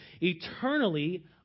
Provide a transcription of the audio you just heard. eternally